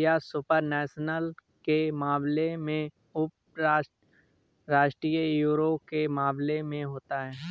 या super national के मामले में उपराष्ट्रीय यूरो के मामले में होता है